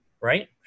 right